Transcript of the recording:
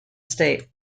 state